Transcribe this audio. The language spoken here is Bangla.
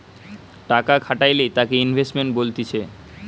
টাকা খাটাইলে তাকে ইনভেস্টমেন্ট বলতিছে